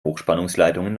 hochspannungsleitungen